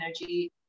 energy